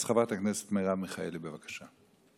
אז חברת הכנסת מרב מיכאלי, בבקשה.